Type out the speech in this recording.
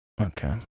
Okay